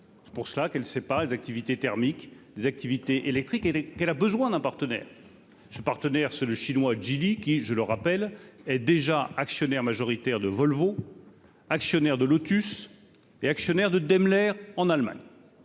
c'est pour cela qu'elle sait pas les activités thermique des activités électriques et qu'elle a besoin d'un partenaire je partenaires le chinois Geely, qui je le rappelle, est déjà actionnaire majoritaire de Volvo, actionnaire de Lotus et actionnaire de Daimler en Allemagne,